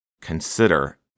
consider